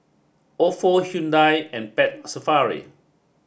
Ofo Hyundai and Pet Safari